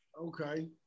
Okay